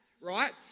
right